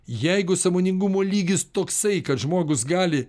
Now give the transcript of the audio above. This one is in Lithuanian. jeigu sąmoningumo lygis toksai kad žmogus gali